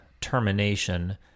termination